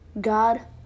god